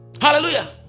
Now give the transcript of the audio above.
Hallelujah